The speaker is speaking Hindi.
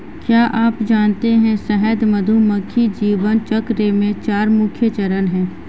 क्या आप जानते है शहद मधुमक्खी जीवन चक्र में चार मुख्य चरण है?